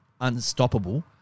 unstoppable